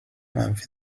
منفی